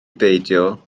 beidio